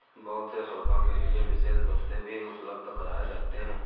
बहुत से शोधों के लिये विशेष भत्ते भी उपलब्ध कराये जाते हैं